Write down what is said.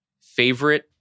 favorite